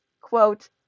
quote